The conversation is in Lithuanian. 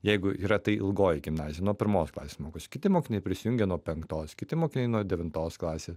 jeigu yra tai ilgoji gimnazija nuo pirmos klasės mokosi kiti mokiniai prisijungia nuo penktos kiti mokiniai nuo devintos klasės